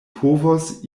povos